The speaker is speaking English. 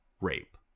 rape